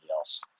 else